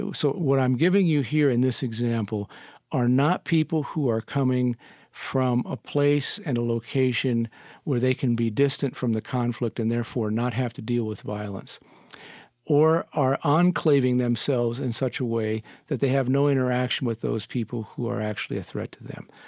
so what i'm giving you here in this example are not people who are coming from a place and a location where they can be distant from the conflict and therefore not have to deal with violence or are ah enclaving themselves in such a way that they have no interaction with those people who are actually a threat to them.